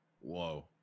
Whoa